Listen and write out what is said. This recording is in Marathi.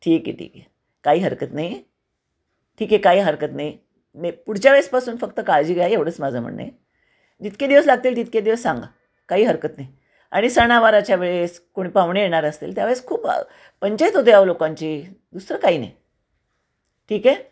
ठीक आहे ठीक आहे काही हरकत नाही ठीक आहे काही हरकत नाही नाही पुढच्या वेळेसपासून फक्त काळजी घ्या एवढंच माझं म्हणणं आहे जितके दिवस लागतील तितके दिवस सांगा काही हरकत नाही आणि सणावाराच्या वेळेस कोणी पाहुणे येणार असतील त्यावेळेस खूप पंचायत होते अहो लोकांची दुसरं काही नाही ठीक आहे